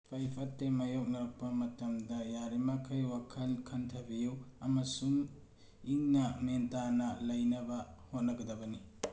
ꯐꯩ ꯐꯠꯇꯦ ꯃꯥꯌꯣꯛꯅꯔꯛꯄ ꯃꯇꯝꯗ ꯌꯥꯔꯤꯕꯃꯈꯩ ꯋꯥꯈꯜ ꯈꯟꯊꯕꯤꯌꯨ ꯑꯃꯁꯨꯡ ꯏꯪꯅ ꯃꯦꯟ ꯇꯥꯅ ꯂꯩꯅꯕ ꯍꯣꯠꯅꯒꯗꯕꯅꯤ